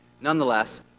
Nonetheless